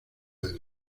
del